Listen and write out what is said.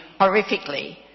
horrifically